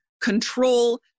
control